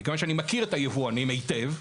מכיוון שאני מכיר את היבואנים היטב,